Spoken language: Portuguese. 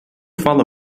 fala